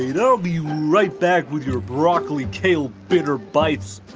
you know i'll be right back with your broccoli kale bitter bites.